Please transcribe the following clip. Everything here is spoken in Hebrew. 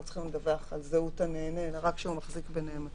לא צריכים לדווח על זהות הנהנה אלא רק שהוא מחזיק בנאמנות.